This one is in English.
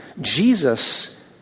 Jesus